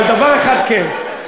אבל דבר אחד כן,